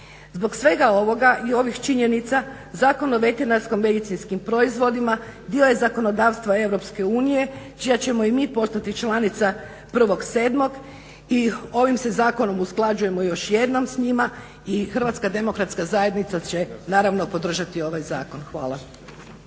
Zbog svega ovoga i ovih činjenica Zakon o veterinarsko-medicinskim proizvodima dio je zakonodavstva EU čija ćemo i mi postati članica 1.7. i ovim se zakonom usklađujemo još jednom s njima i HDZ će naravno podržati ovaj zakon. Hvala.